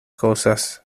cosas